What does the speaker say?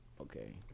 okay